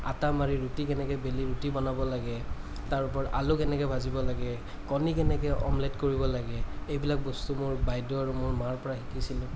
আটা মাৰি ৰুটি কেনেকৈ বেলি ৰুটি বনাব লাগে তাৰোপৰি আলু কেনেকৈ ভাজিব লাগে কণী কেনেকৈ অমলেট কৰিব লাগে এইবিলাক বস্তু মোৰ বাইদেউ আৰু মোৰ মাৰপৰা শিকিছিলোঁ